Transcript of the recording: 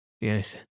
Yes